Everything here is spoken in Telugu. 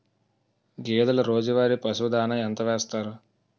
గేదెల రోజువారి పశువు దాణాఎంత వేస్తారు?